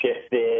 shifted